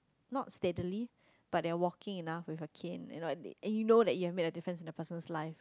not steadily but they're walking enough with a cane you know at the and you know you have made a difference in the person's life